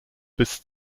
bis